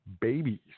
babies